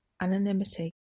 Anonymity